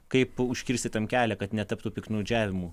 kaip užkirsti tam kelią kad netaptų piktnaudžiavimu